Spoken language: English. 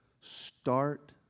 Start